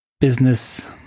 business